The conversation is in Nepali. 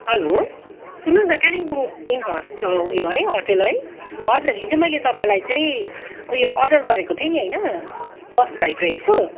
हेलो सुन्नुहोस् न कालिम्पोङ इन हस्ट उयो है होटेल है हजुर हिजो मैले तपाईँलाई चाहिँ उयो अर्डर गरेको थिएँ नि होइन बफ फ्राइड राइसको